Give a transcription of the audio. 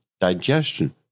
digestion